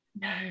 No